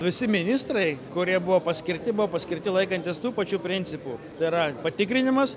visi ministrai kurie buvo paskirti buvo paskirti laikantis tų pačių principų tai yra patikrinimas